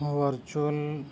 virtual